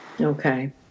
Okay